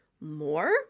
more